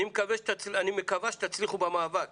אני מקווה שתצליחו במאבק